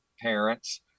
parents